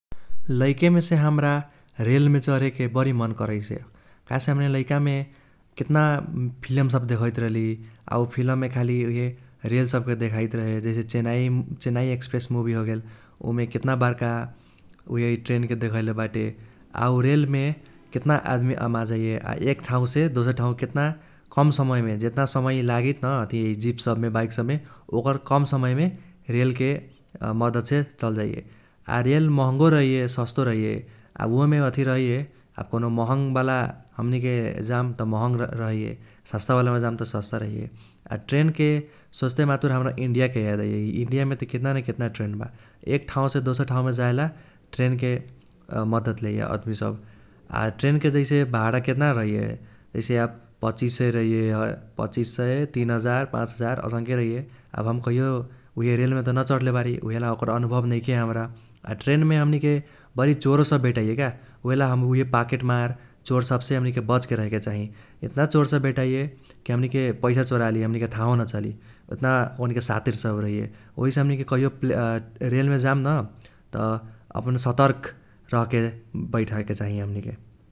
लैकेमेसे हम्रा रेलमे चर्हेके बरी मन करैस काहेसे हमे लैकामे केतना फिलम सब देखैत रहली । आ उ फिलममे खाली रेल सबके देखाइत रहे जैसे चेन्नई चेन्नई एक्स्प्रेस मूभी होगेल उमे केतना बर्का उइहे ट्रेनके देखैले बाटे। आ उ रेलमे केतना आदमनी आमाजाइये। आ एक ठाउसे दोसर ठाउ केतना कम समयमे जेतना समय लागित न अथि जीप सबमे बाइक सबमे ओकर कम समयमे रेलके मद्दतसे चल जाइये । आ रेल महँगो रहैये सस्तों रहैये, आ उहोमे अथि रहैये आब कौनो महँग वाला हमनीके जाम त महँग रहैये, सस्ता वालामे जाम सस्ता रहैये । आ ट्रेनके सोच्ते मातुर हम्रा इंडियाके याद आइये । इंडियामे त केतना न केतना ट्रेन बा, एक ठाउसे दोसर ठाउमे जाएला ट्रेनके मद्दत लेईये अदमी सब। आ ट्रेनके जैसे भाड़ा केतना रहैये जैसे आब पचिस सय रहैये, पचिस सय, तीन हाजार पाच हाजार असंके रहैये । आब हम कहियो उइहे रेलमे त न चढ़्ले बारी उइहेला ओकर अनुभव नैखे हम्रा । आ ट्रैनमे हमनीके बरी चोरो सब भेटाइये का, उइहेला हम उइहे पाकेट मार चोर सबसे हमनीके बचके रहेके चाही । एतना चोर सब भेटाइये कि हमनीके पैसा चोराली हमनीके थाहो न चली एतना ओक्नी सातीर सब रहैये । ओहिसे हमनीके कहियो रेलमे जाम न त अपन सतर्क रहके बैठेके चाही हमनीके ।